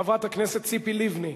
חברת הכנסת ציפי לבני.